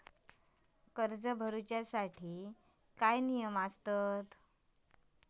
कर्ज भरूच्या साठी काय नियम आसत?